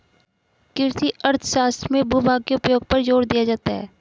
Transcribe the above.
कृषि अर्थशास्त्र में भूभाग के उपयोग पर जोर दिया जाता है